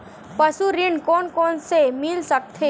पशु ऋण कोन कोन ल मिल सकथे?